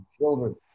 children